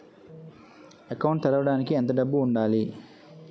Account తెరవడానికి ఎంత డబ్బు ఉండాలి?